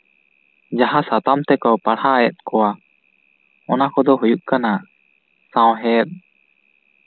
ᱡᱟᱦᱟᱸ ᱥᱟᱛᱟᱢ ᱛᱮᱠᱚ ᱯᱟᱲᱦᱟᱣᱮᱜ ᱠᱚᱣᱟ ᱚᱱᱟ ᱠᱚᱫᱚ ᱦᱳᱭᱳᱜ ᱠᱟᱱᱟ ᱥᱟᱶᱦᱮᱫ